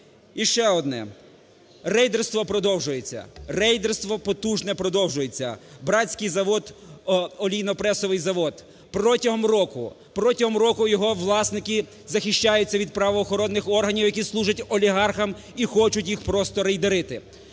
І ще одне. Рейдерство продовжується, рейдерство потужне продовжується. Братський завод, олійнопресовий завод, протягом року, протягом року його власники захищаються від правоохоронних органів, які служать олігархам і хочуть їх просто рейдерити.